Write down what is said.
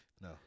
No